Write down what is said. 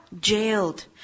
jailed